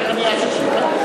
אחר כך נהיה 65 שנה,